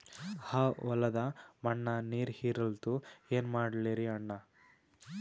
ಆ ಹೊಲದ ಮಣ್ಣ ನೀರ್ ಹೀರಲ್ತು, ಏನ ಮಾಡಲಿರಿ ಅಣ್ಣಾ?